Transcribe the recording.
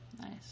Nice